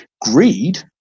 Greed